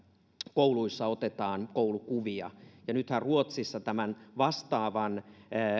kouluissa otetaan koulukuvia ja nythän ruotsissa tämän vastaavan